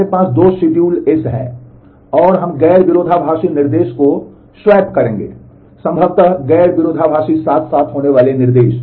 हमारे पास दो शेड्यूल एस हैं और हम गैर विरोधाभासी निर्देश को स्वैप करेंगे संभवत गैर विरोधाभासी साथ साथ होने वाले निर्देश